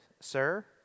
Sir